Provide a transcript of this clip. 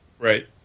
Right